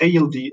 ALD